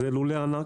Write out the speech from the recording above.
אלה לולי ענק,